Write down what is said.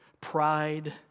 pride